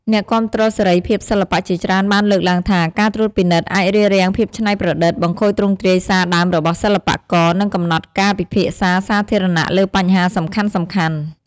អ្នកគាំទ្រសេរីភាពសិល្បៈជាច្រើនបានលើកឡើងថា ការត្រួតពិនិត្យអាចរារាំងភាពច្នៃប្រឌិត បង្ខូចទ្រង់ទ្រាយសារដើមរបស់សិល្បករ និងកំណត់ការពិភាក្សាសាធារណៈលើបញ្ហាសំខាន់ៗ។